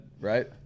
right